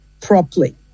properly